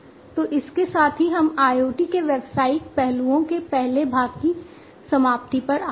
तो इसके साथ ही हम IoT के व्यावसायिक पहलुओं के पहले भाग की समाप्ति पर आते हैं